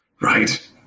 right